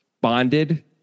bonded